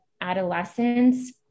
adolescents